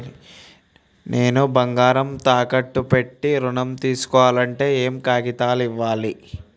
నేను బంగారం తాకట్టు పెట్టి ఋణం తీస్కోవాలంటే ఏయే కాగితాలు ఇయ్యాలి?